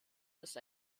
ist